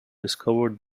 discover